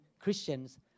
Christians